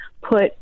put